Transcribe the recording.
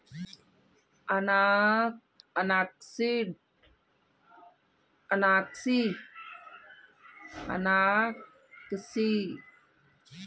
green tea unoxidised चाय है इसका स्वाद हल्का होता है